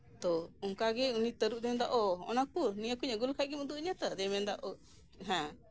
ᱛᱳ ᱚᱱᱠᱟ ᱜᱮ ᱩᱱᱤ ᱛᱟᱹᱨᱩᱵᱽ ᱮ ᱢᱮᱱᱫᱟ ᱱᱤᱭᱟᱹᱠᱩ ᱱᱤᱭᱟᱹᱠᱩᱧ ᱟᱹᱜᱩ ᱞᱮᱠᱷᱟᱡ ᱜᱮᱢ ᱩᱫᱩᱜ ᱟᱹᱧᱟ ᱛᱳ ᱟᱫᱚᱭ ᱢᱮᱱᱫᱟ ᱦᱮᱸ